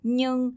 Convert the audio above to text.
nhưng